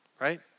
Right